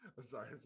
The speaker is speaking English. sorry